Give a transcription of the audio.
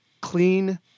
clean